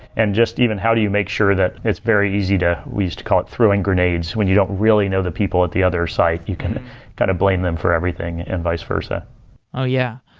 and just even how do you make sure that it's very easy to we used to call it throwing grenades when you don't really know the people at the other site, you can kind of blame them for everything and vice versa yeah.